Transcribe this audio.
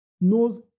knows